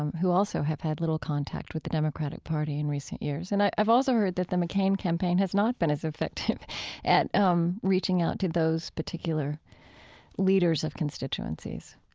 um who also have had little contact with the democratic party in recent years. and i've also heard that the mccain campaign has not been as effective at um reaching out to those particular leaders of constituencies.